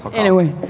anyway,